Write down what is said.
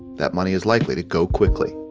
that money is likely to go quickly